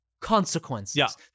consequences